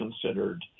considered